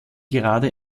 gerade